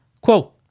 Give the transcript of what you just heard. Quote